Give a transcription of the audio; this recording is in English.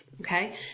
okay